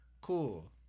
cool